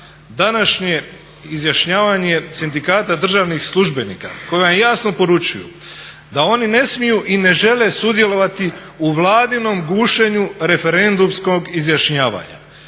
današnje izjašnjavanje Sindikata državnih službenika koji vam jasno poručuju da oni ne smiju i ne žele sudjelovati u Vladinom gušenju referendumskog izjašnjavanja.